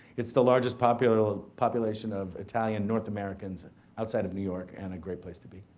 it's the largest population ah population of italian north americans outside of new york and a great place to be.